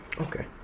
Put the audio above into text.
Okay